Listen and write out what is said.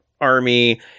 army